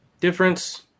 Difference